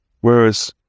whereas